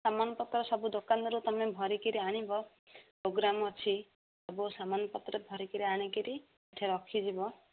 ସାମାନପତ୍ର ସବୁ ଦୋକାନରୁ ତୁମେ ଭରିକିରି ଆଣିବ ପ୍ରୋଗ୍ରାମ୍ ଅଛି ସବୁ ସମାନପତ୍ର ଭରିକିରି ଆଣିକିରି ସେଠି ରଖିଯିବ